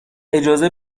اجازه